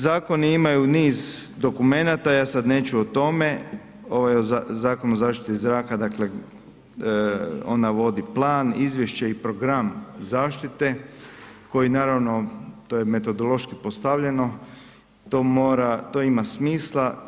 Zakoni imaju niz dokumenata, ja sada neću o tome, ovaj Zakon o zaštiti zraka on navodi plan, izvješće i program zaštite koji naravno to je metodološki postavljeno to ima smisla.